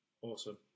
Awesome